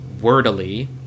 wordily